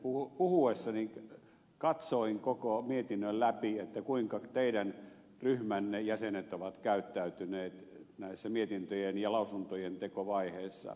räsäsen puhuessa katsoin koko mietinnön läpi kuinka teidän ryhmänne jäsenet ovat käyttäytyneet näissä mietintöjen ja lausuntojen tekovaiheissa